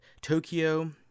tokyo